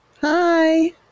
hi